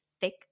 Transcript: thick